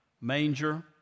manger